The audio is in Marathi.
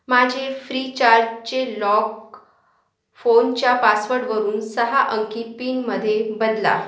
माझे फ्री चार्जचे लॉक फोनच्या पासवर्डवरून सहा अंकी पिनमध्ये बदला